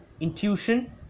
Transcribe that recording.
intuition